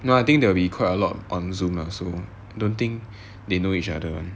no I think there will be quite a lot on zoom so I don't think they will know each other